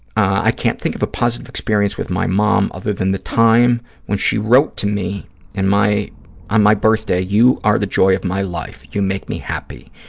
i can't think of a positive experience with my mom, other than the time when she wrote to me and on ah my birthday, you are the joy of my life, you make me happy.